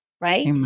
right